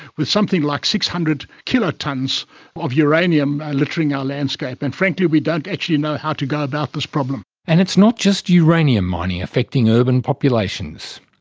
with something like six hundred kilotonnes of uranium littering our landscape. and frankly we don't actually know how to go about this problem and it's not just uranium mining affecting urban populations.